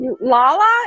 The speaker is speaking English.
Lala